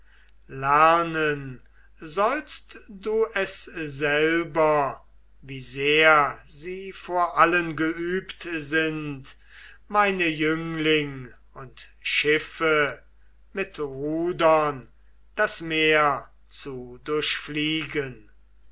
lernen sollst du es selber wie sehr sie vor allen geübt sind meine jüngling und schiffe mit rudern das meer zu